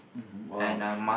!wow! okay